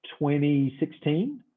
2016